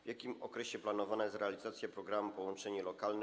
W jakim okresie planowana jest realizacja programu „Połączenie lokalne”